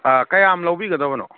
ꯑꯥ ꯀꯌꯥꯝ ꯂꯧꯕꯤꯒꯗꯕꯅꯣ